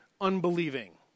unbelieving